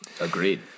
Agreed